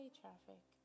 traffic